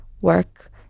work